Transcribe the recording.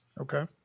Okay